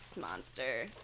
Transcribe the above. Monster